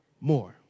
more